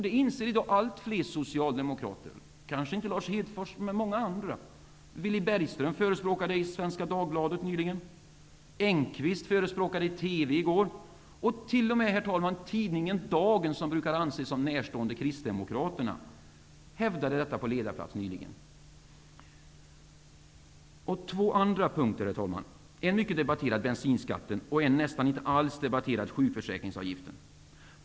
Det inser numera allt fler socialdemokrater - kanske inte Lars Hedfors, men många andra. Villy Bergström förespråkade nämnda åtgärd nyligen i Svenska Dagbladet. Samma sak gjorde Lars Engqvist i TV i går. T.o.m. tidningen Dagen, som brukar anses vara Kristdemokraterna närstående, hävdade detta nyligen på ledarplats. Så två andra punkter: den mycket debatterade bensinskatten och den nästan inte alls debatterade sjukförsäkringsavgiften.